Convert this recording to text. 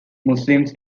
muslims